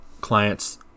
clients